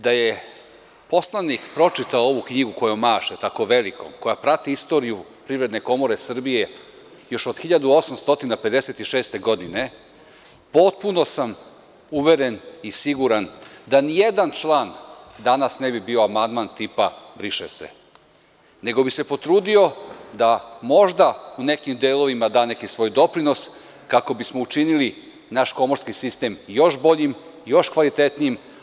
Da je poslanik pročitao ovu knjigu kojom maše, tako velikom, koja prativ istoriju PKS još od 1856. godine, potpuno sam uveren i siguran da ni jedan član danas ne bi bio amandman tipa „briše se“, nego bi se potrudio da možda u nekim delovima da neki svoj doprinos kako bi smo učinili naš komorski sistem još boljim, još kvalitetnijim.